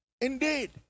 indeed